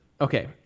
Okay